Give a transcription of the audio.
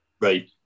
Right